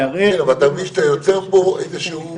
אני מבקש להרחיב את האפשרות